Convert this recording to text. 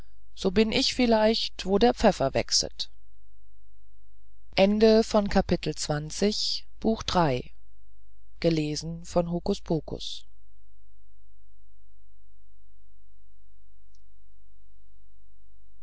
so bin ich vielleicht wo der pfeffer wächset